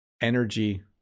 energy